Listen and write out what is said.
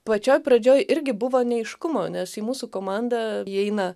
pačioj pradžioj irgi buvo neaiškumo nes į mūsų komandą įeina